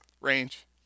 range